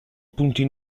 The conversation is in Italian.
punti